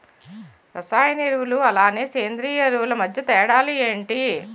రసాయన ఎరువులు అలానే సేంద్రీయ ఎరువులు మధ్య తేడాలు ఏంటి?